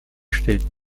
stellt